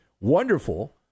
wonderful